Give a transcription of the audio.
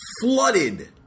flooded